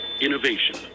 innovation